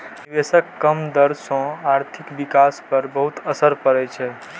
निवेशक कम दर सं आर्थिक विकास पर बहुत असर पड़ै छै